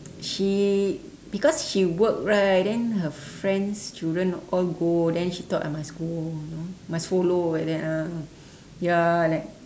she because she work right then her friend's children all go then she thought I must go you know must follow like that ah ya like